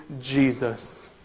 Jesus